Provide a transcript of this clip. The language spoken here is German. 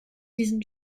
diesen